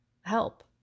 help